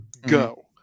go